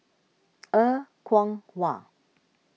Er Kwong Wah